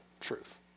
truth